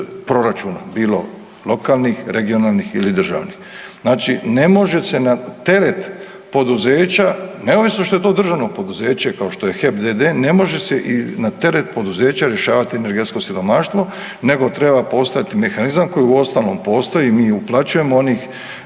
proračunom bilo lokalnih, regionalnih ili državnih. Znači ne može se na teret poduzeća neovisno što je to državno poduzete kao što je HEP d.d. ne može se na teret poduzeća rješavati energetsko siromaštvo, nego treba postojati mehanizam koji uostalom postoji i mi uplaćujemo onih